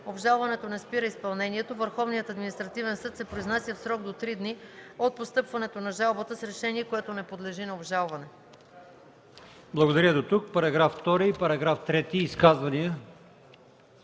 Обжалването не спира изпълнението. Върховният административен съд се произнася в срок до три дни от постъпването на жалбата с решение, което не подлежи на обжалване.”